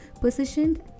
positioned